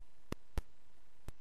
מיעוט,